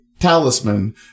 Talisman